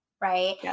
right